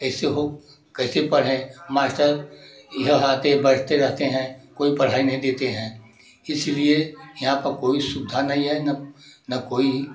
कैसे हो कैसे पढ़ें मास्टर यह आते बढ़ते रहते हैं कोई पढ़ाई नहीं देते हैं इसीलिए यहाँ पर कोई सुविधा नहीं है ना कोई